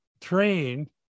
trained